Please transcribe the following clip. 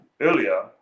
earlier